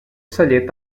celler